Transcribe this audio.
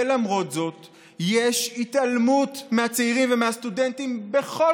ולמרות זאת יש התעלמות מהצעירים ומהסטודנטים בכל